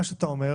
מה שאתה אומר: